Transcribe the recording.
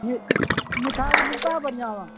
مٹھائی بھی ملتا ہے بڑھیا